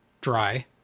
dry